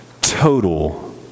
total